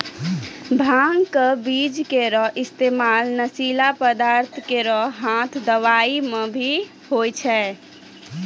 भांग क बीज केरो इस्तेमाल नशीला पदार्थ केरो साथ दवाई म भी होय छै